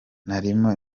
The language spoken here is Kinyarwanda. narimo